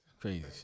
Crazy